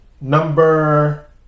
Number